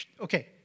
Okay